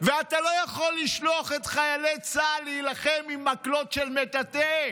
אתה לא יכול לשלוח את חיילי צה"ל להילחם עם מקלות של מטאטא.